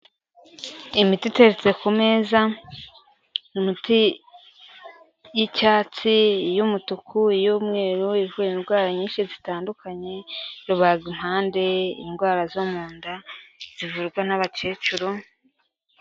Imiti iteretse ku meza, imiti y'icyatsi, iy'umutuku, iy'umweru, ivura indwara nyinshi zitandukanye, rubaga impande, indwara zo mu nda zivurwa n'abakecuru...